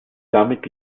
damit